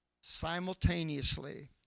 simultaneously